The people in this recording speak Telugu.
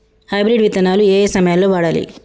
హైబ్రిడ్ విత్తనాలు ఏయే సమయాల్లో వాడాలి?